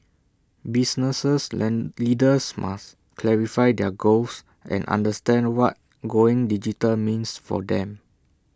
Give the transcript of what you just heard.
business led leaders must clarify their goals and understand what going digital means for them